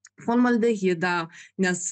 formaldehidą nes